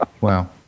Wow